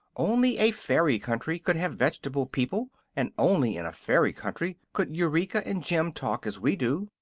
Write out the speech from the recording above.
only a fairy country could have veg'table people and only in a fairy country could eureka and jim talk as we do.